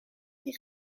die